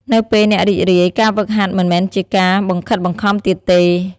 នៅពេលអ្នករីករាយ ការហ្វឹកហាត់មិនមែនជាការបង្ខិតបង្ខំទៀតទេ។